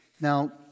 Now